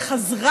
אלמינא?